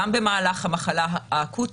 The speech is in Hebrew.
גם במהלך המחלה האקוטית,